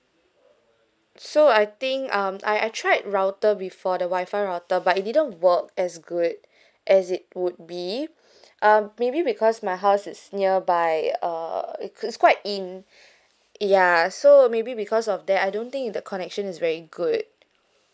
so I think um I I tried router before the wi-fi router but it didn't work as good as it would be um maybe because my house it's nearby uh cause is quite in ya so maybe because of that I don't think the connection is very good